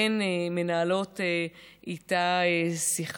והן מנהלות איתה שיחה.